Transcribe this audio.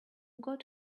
got